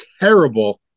terrible